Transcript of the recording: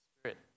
Spirit